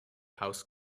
house